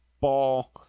ball